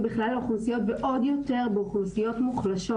בכלל האוכלוסיות ועוד יותר באוכלוסיות מוחלשות.